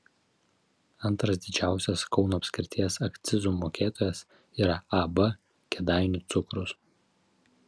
antras didžiausias kauno apskrities akcizų mokėtojas yra ab kėdainių cukrus